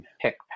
pick